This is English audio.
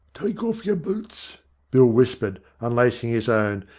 take auf yer boots bill whispered, unlacing his own,